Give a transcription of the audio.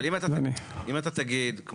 אבל אם אתה תגיד,